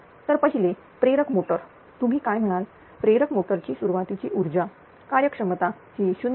तर पहिले प्रेरक मोटर तुम्ही काय म्हणाल प्रेरक मोटरची सुरुवातीची ऊर्जा कार्यक्षमता ही 0